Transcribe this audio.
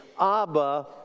Abba